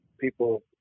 people